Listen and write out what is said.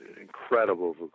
incredible